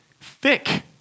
Thick